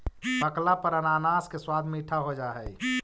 पकला पर अनानास के स्वाद मीठा हो जा हई